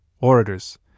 orators